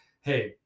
hey